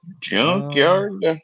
junkyard